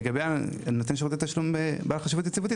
לגבי נותן שירות התשלום בעל חשיבות יציבותית,